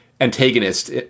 antagonist